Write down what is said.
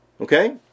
Okay